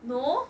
no